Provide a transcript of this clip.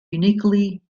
uniquely